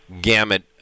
gamut